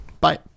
Bye